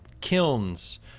kilns